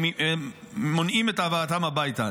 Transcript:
ומונעים את הבאתם הביתה.